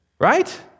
Right